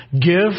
Give